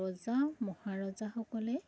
ৰজা মহাৰজাসকলে